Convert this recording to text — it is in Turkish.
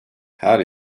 her